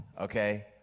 okay